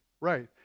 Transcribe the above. Right